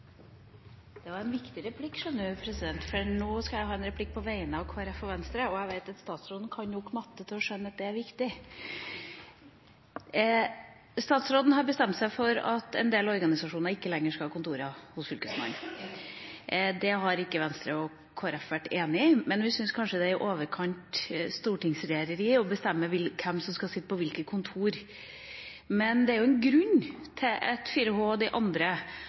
det var Trine Skei Grande. Presidenten beklager – kluss i vekslinga! Det er en viktig replikk, president, for nå skal jeg ha en replikk på vegne av Kristelig Folkeparti og Venstre, og jeg vet at statsråden kan nok matte til å skjønne at det er viktig! Statsråden har bestemt seg for at en del organisasjoner ikke lenger skal ha kontorer hos Fylkesmannen. Det har ikke Venstre og Kristelig Folkeparti vært enig i, men vi syns kanskje det er i overkant stortingsregjereri å bestemme hvem som skal sitte på hvilke kontorer. Men det er jo en grunn til at 4H og